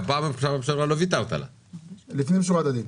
כל מי שקרא את התקנות שמדובר עליהן כאן מבין שיש להן שלוש כוונות.